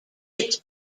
its